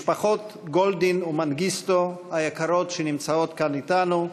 משפחות גולדין ומנגיסטו היקרות, שנמצאות כאן אתנו,